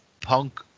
Punk